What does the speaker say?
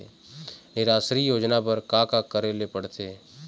निराश्री योजना बर का का करे ले पड़ते?